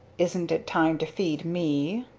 isn't it time to feed me?